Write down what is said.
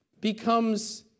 becomes